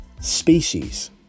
species